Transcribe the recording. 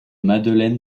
madeleine